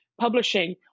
publishing